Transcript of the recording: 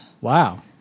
Wow